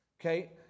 Okay